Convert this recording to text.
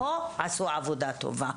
פה עשו עבודה טובה.